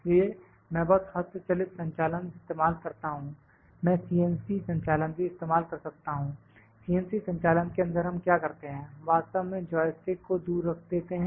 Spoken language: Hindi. इसलिए मैं बस हस्त चलित संचालन इस्तेमाल करता हूं मैं CNC संचालन भी इस्तेमाल कर सकता हूं CNC संचालन के अंदर हम क्या करते हैं हम वास्तव में जॉय स्टिक को दूर रख देते हैं